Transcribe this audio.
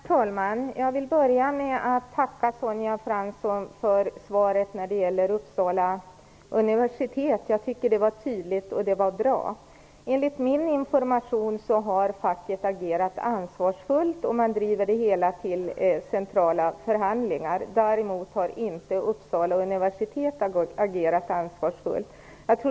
Herr talman! Jag vill börja med att tacka Sonja Fransson för svaret när det gäller Uppsala universitet. Det var tydligt och bra. Enligt den information jag har fått har facket agerat ansvarsfullt. Man driver det hela till centrala förhandlingar. Däremot har inte Uppsala universitet agerat ansvarsfullt.